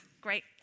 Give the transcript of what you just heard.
Great